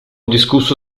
discusso